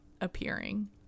appearing